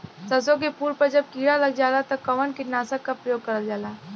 सरसो के फूल पर जब किड़ा लग जाला त कवन कीटनाशक क प्रयोग करल जाला?